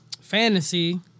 fantasy